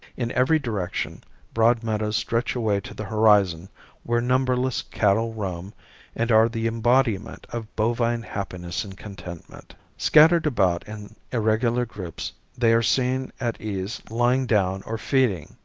in every direction broad meadows stretch away to the horizon where numberless cattle roam and are the embodiment of bovine happiness and contentment. scattered about in irregular groups they are seen at ease lying down or feeding,